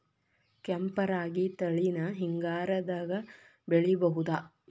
ಕೆಂಪ ರಾಗಿ ತಳಿನ ಹಿಂಗಾರದಾಗ ಬೆಳಿಬಹುದ?